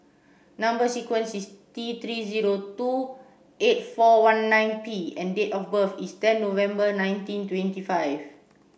number sequence is T three zero two eight four one nine P and date of birth is ten November nineteen twenty five